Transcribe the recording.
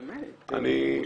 באמת, משה.